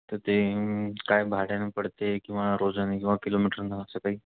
तर ते काय भाड्यानं पडते किंवा रोजानी किंवा किलोमीटरनं असं काही